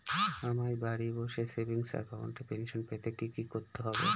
আমায় বাড়ি বসে সেভিংস অ্যাকাউন্টে পেনশন পেতে কি কি করতে হবে?